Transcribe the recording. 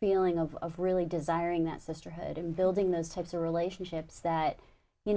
feeling of really desiring that sisterhood and building those types of relationships that you